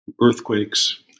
earthquakes